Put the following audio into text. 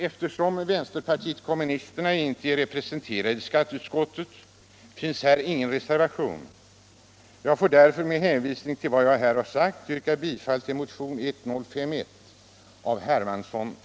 Eftersom vänsterpartiet kommunisterna inte är representerat i skatteutskottet finns ingen reservation på denna punkt. Jag får därför med hänvisning till vad jag här har sagt yrka bifall till motion 1051 av herr Hermansson m.fl.